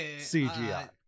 CGI